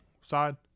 side